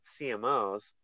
CMOs